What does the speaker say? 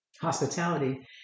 hospitality